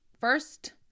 first